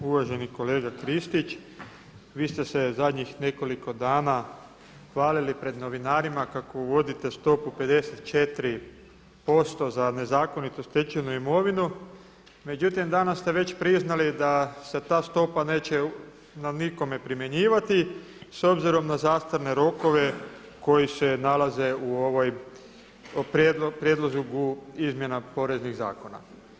Uvaženi kolega Kristić, vi ste se zadnjih nekoliko dana hvalili pred novinarima kako uvodite stopu 54% za nezakonito stečenu imovinu međutim danas ste već priznali da se ta stopa neće na nikome primjenjivati s obzirom na zastarne rokove koji se nalaze u ovom prijedlogu izmjena Poreznih zakona.